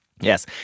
Yes